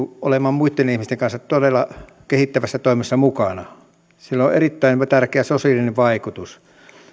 olemaan muitten ihmisten kanssa todella kehittävässä toiminnassa mukana sillä on erittäin tärkeä sosiaalinen vaikutus